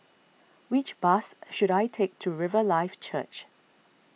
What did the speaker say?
which bus should I take to Riverlife Church